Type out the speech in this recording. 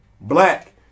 black